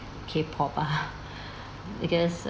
K pop ah because